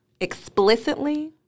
explicitly